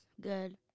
Good